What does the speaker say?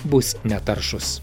bus netaršūs